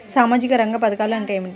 సామాజిక రంగ పధకాలు అంటే ఏమిటీ?